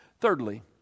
Thirdly